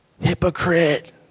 hypocrite